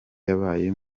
yabaye